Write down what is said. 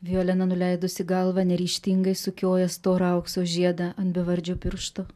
violena nuleidusi galvą neryžtingai sukioja storo aukso žiedą ant bevardžio piršto